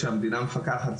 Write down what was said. שהמדינה מפקחת,